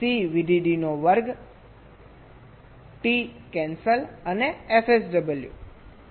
C VDD નો વર્ગ T cancel અને fSW